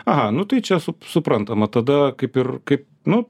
aha nu tai čia sup suprantama tada kaip ir kaip nu